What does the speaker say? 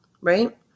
right